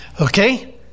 Okay